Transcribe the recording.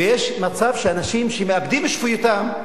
ויש מצב שאנשים שמאבדים את שפיותם,